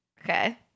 Okay